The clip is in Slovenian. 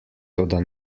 toda